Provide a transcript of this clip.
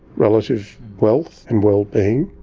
relative wealth and well-being,